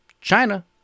China